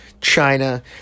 China